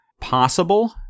possible